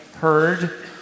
heard